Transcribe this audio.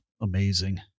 amazing